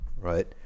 right